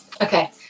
Okay